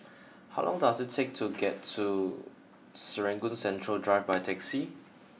how long does it take to get to Serangoon Central Drive by taxi